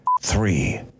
three